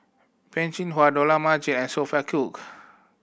Peh Chin Hua Dollah Majid and Sophia Cooke